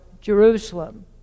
Jerusalem